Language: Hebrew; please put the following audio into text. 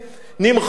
נמחק,